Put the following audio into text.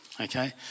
Okay